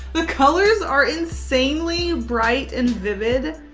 the colors are insanely bright and vivid.